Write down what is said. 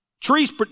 Tree's